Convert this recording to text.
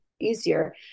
easier